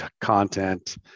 content